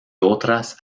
otras